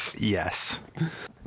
Yes